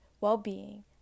well-being